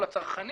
היא תחזור לכאן